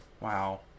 Wow